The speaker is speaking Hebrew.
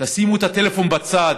תשימו את הטלפון בצד.